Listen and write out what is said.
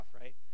right